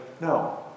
No